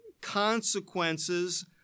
consequences